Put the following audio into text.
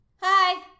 Hi